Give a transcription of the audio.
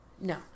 no